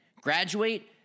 graduate